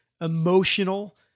emotional